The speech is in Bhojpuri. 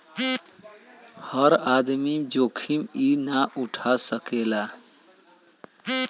हर आदमी जोखिम ई ना उठा सकेला